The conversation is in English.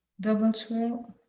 double swirl